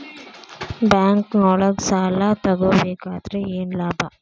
ಬ್ಯಾಂಕ್ನೊಳಗ್ ಸಾಲ ತಗೊಬೇಕಾದ್ರೆ ಏನ್ ಲಾಭ?